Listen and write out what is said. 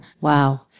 Wow